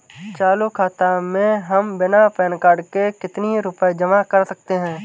चालू खाता में हम बिना पैन कार्ड के कितनी रूपए जमा कर सकते हैं?